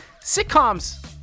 sitcoms